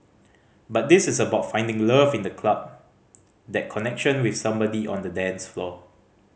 but this is about finding love in the club that connection with somebody on the dance floor